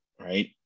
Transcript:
right